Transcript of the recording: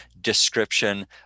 description